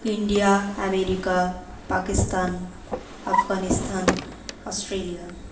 India America Pakistan Afghanistan Australia